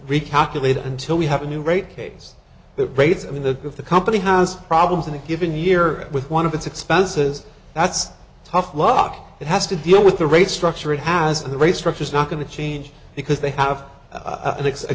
recalculate until we have a new rate case that rates in the if the company has problems in a given year with one of its expenses that's tough luck it has to deal with the rate structure it has and the rate structure is not going to change because they have a